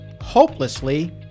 hopelessly